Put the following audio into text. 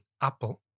Apple